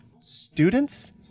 students